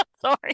sorry